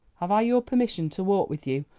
have i your permission to walk with you,